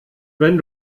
wenn